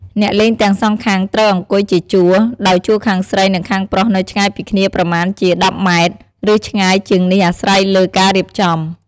អ្នកលេងទាំងសងខាងត្រូវអង្គុយជាជួរ ដោយជួរខាងស្រីនិងខាងប្រុសនៅឆ្ងាយពីគ្នាប្រមាណជា១០ម៉ែត្រ ឬឆ្ងាយជាងនេះអាស្រ័យលើការរៀបចំ។